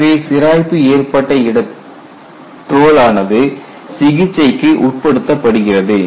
எனவே சிராய்ப்பு ஏற்பட்ட தோல் ஆனது சிகிச்சைக்கு உட்படுத்தப்படுகிறது